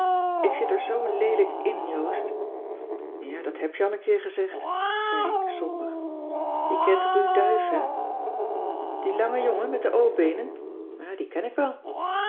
ik zit er zoo leelijk in joost ja dat heb je al een keer gezegd zei ik somber je kent ru duyf he die lange jongen met de o beenen ja die ken ik wel